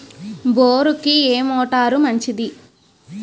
బోరుకి ఏ మోటారు మంచిది?